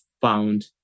found